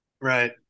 Right